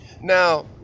Now